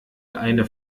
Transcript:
eine